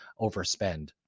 overspend